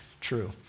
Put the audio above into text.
true